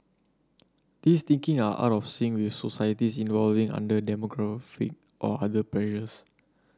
these thinking are out of sync with societies evolving under demographic or other pressures